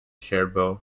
cherbourg